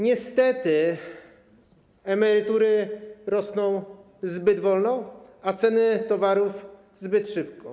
Niestety emerytury rosną zbyt wolno, a ceny towarów zbyt szybko.